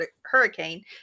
hurricane